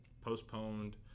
postponed